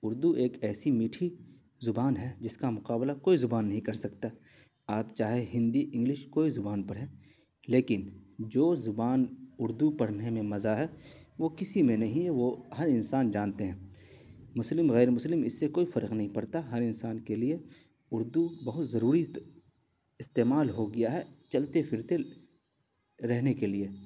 اردو ایک ایسی میٹھی زبان ہے جس کا مقابلہ کوئی زبان نہیں کر سکتی آپ چاہے ہندی انگلش کوئی زبان پڑھیں لیکن جو زبان اردو پڑھنے میں مزہ ہے وہ کسی میں نہیں ہے وہ ہر انسان جانتے ہیں مسلم غیر مسلم اس سے کوئی فرق نہیں پڑتا ہر انسان کے لیے اردو بہت ضروری استعمال ہو گیا ہے چلتے پھرتے رہنے کے لیے